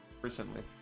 Recently